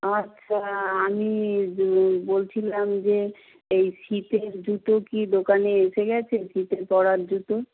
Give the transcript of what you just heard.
আচ্ছা আমি বলছিলাম যে এই শীতের জুতো কি দোকানে এসে গেছে শীতে পরার জুতো